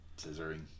scissoring